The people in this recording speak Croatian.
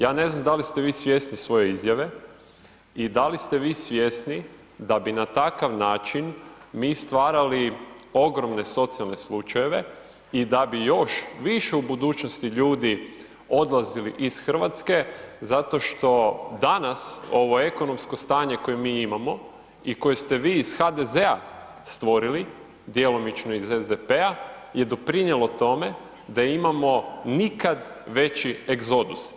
Ja ne znam da li ste vi svjesni svoje izjave i da li ste vi svjesni da bi na takav način mi stvarali ogromne socijalne slučajeve i da bi još više u budućnosti ljudi odlazili iz Hrvatske, zato što danas ovo ekonomsko stanje koje mi imamo i koje ste vi iz HDZ-a stvorili, djelomično iz SDP-a je doprinijelo tome da imamo nikad veći egzodus.